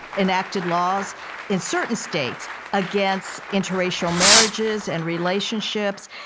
enacted laws in certain states against interracial marriages and relationships,